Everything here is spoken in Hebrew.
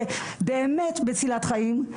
ובאמת מצילת חיים,